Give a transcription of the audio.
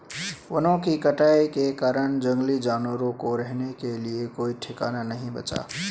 वनों की कटाई के कारण जंगली जानवरों को रहने के लिए कोई ठिकाना नहीं बचा है